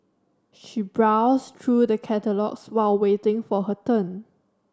she browsed through the catalogues while waiting for her turn